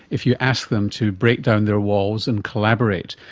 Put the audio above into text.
if you ask them to break down their walls and collaborate.